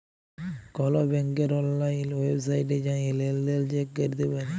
call ব্যাংকের অললাইল ওয়েবসাইটে জাঁয়ে লেলদেল চ্যাক ক্যরতে পারি